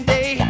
Day